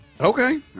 Okay